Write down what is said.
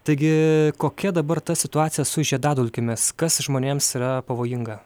taigi kokia dabar ta situacija su žiedadulkėmis kas žmonėms yra pavojinga